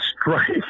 strike